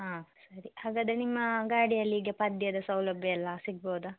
ಹಾಂ ಸರಿ ಹಾಗಾದರೆ ನಿಮ್ಮ ಗಾಡಿಯಲ್ಲಿ ಹೀಗೆ ಪದ್ಯದ ಸೌಲಭ್ಯ ಎಲ್ಲ ಸಿಗ್ಬೌದಾ